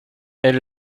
elle